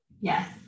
Yes